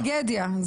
טרגדיה.